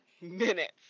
Minutes